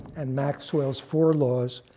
and maxwell's four laws,